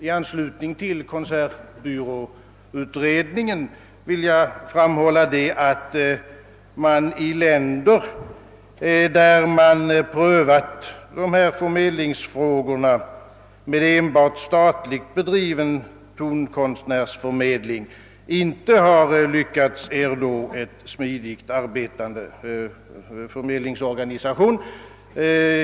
I anledning av konsertbyråutredningens betänkande vill jag dock framhålla att man i länder där enbart statligt bedriven tonkonstnärsförmedling prövats inte har lyckats ernå en smidigt arbetande förmedlingsorganisation.